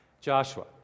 Joshua